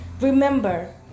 Remember